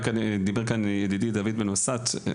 דיבר כאן ידידי דוד בן בסט,